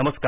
नमस्कार